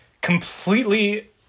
completely